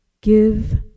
give